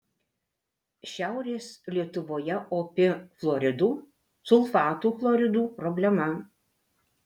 šiaurės lietuvoje opi fluoridų sulfatų chloridų problema